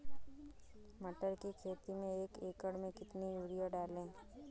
मटर की खेती में एक एकड़ में कितनी यूरिया डालें?